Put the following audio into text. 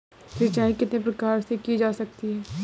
सिंचाई कितने प्रकार से की जा सकती है?